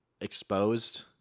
exposed